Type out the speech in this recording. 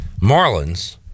Marlins